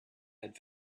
had